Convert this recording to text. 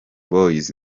boys